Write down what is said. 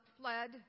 fled